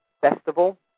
Festival